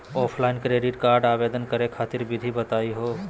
Offline credit card आवेदन करे खातिर विधि बताही हो?